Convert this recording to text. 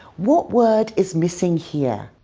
what word is missing here?